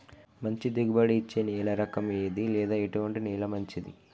మంచి దిగుబడి ఇచ్చే నేల రకం ఏది లేదా ఎటువంటి నేల మంచిది?